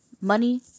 Money